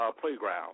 playground